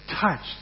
touched